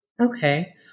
Okay